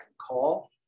call